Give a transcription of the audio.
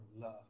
love